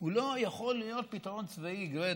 לא יכול להיות פתרון צבאי גרידא.